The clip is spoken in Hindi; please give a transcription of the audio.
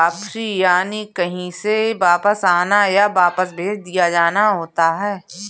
वापसी यानि कहीं से वापस आना, या वापस भेज दिया जाना होता है